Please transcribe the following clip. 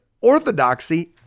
orthodoxy